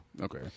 Okay